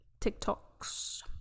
tiktoks